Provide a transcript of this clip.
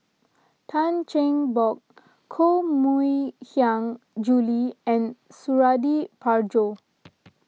Tan Cheng Bock Koh Mui Hiang Julie and Suradi Parjo